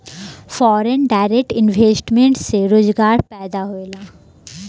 foreign direct investment से रोजगार पैदा होला